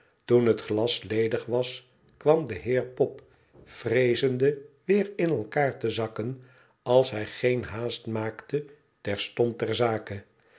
toen het glas ledig was kwam de heer pop vreezende weer in elkaar te zakken als hij geen haast maakte terstond ter zake